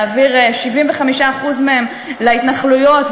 להעביר 75% מהם להתנחלויות,